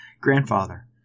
grandfather